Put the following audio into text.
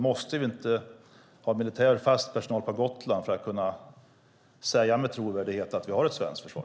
Måste vi inte ha fast militär personal på Gotland för att kunna säga med trovärdighet att vi har ett svenskt försvar?